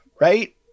Right